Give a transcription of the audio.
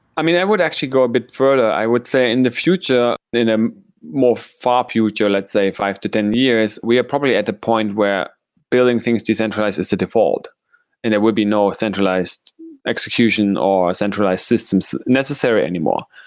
i mean i would actually go a bit further. i would say in the future, in a more far future, let's say, five to ten years, we probably at the point where building things decentralized is the default and there would be no centralized execution or a centralized system necessary anymore.